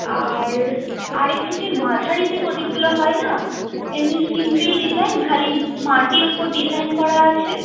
আর আর একটু যে মাঝারি যে প্রদীপগুলো হয় না এমনি সিম্পল ডিজাইন খালি মাটির উপর ডিজাইন করা আছে